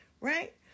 Right